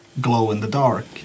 glow-in-the-dark